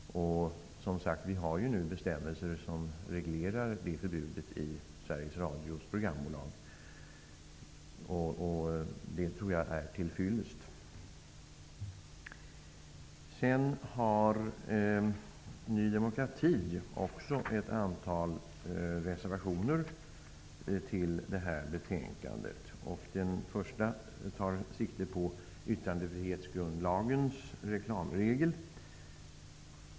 Vi har som sagt bestämmelser som reglerar det förbudet i Sveriges Radios programbolag. Det tror jag är till fyllest. Ny demokrati har också ett antal reservationer till det här betänkandet. Den första tar sikte på yttrandefrihetsgrundlagens reklamregel.